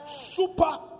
super